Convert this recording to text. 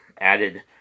added